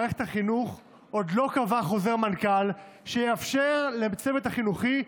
מערכת החינוך עוד לא קבעה חוזר מנכ"ל שיאפשר לצוות החינוכי,